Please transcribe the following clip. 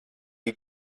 you